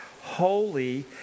Holy